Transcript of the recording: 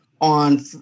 on –